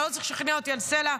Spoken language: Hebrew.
אתה לא צריך לשכנע אותי על סל"ע,